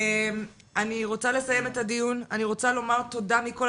אני רוצה לסיים את הדיון ואני רוצה לומר תודה מכל